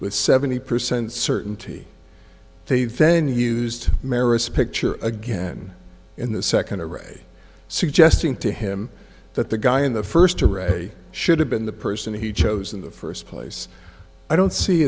with seventy percent certainty they then used maris picture again in the second array suggesting to him that the guy in the first array should have been the person who chose in the first place i don't see